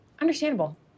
Understandable